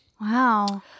Wow